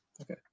okay